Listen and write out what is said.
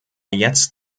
jetzt